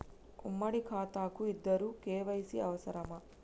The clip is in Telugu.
ఉమ్మడి ఖాతా కు ఇద్దరు కే.వై.సీ అవసరమా?